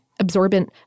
Absorbent